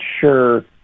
sure